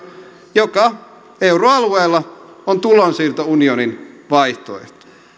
joka euroalueella on tulonsiirtounionin vaihtoehto